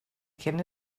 cyn